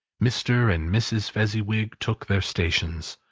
mr. and mrs. fezziwig took their stations,